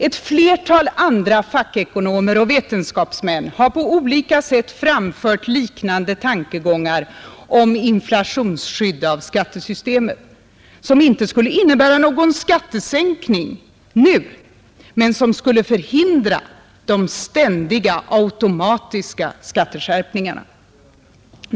Ett flertal andra fackekonomer och vetenskapsmän har på olika sätt framfört liknande tankegångar om inflationsskydd av skattesystemet, som inte skulle innebära någon sänkning av skattetrycket nu men som skulle förhindra de ständiga automatiska skärpningarna.